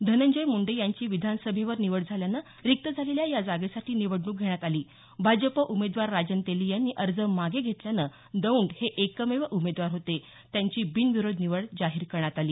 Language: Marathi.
धनंजय मुंडे यांची विधानसभेवर निवड झाल्यानं रिक्त झालेल्या या जागेसाठी निवडणूक घेण्यात आली भाजप उमेदवार राजन तेली यांनी अर्ज मागे घेतल्यानं दौंड हे एकमेव उमेदवार होते त्यांची बिनविरोध निवड जाहीर करण्यात आली